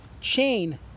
chain